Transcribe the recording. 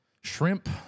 shrimp